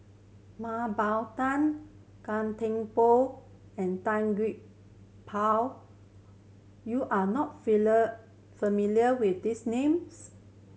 Mah Bow Tan Gan Thiam Poh and Tan Gee Paw you are not familiar with these names